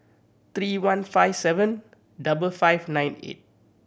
three one five seven double five nine eight